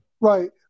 Right